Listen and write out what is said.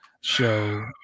show